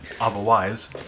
Otherwise